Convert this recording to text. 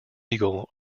eagle